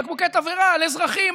בקבוקי תבערה על אזרחים,